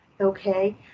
okay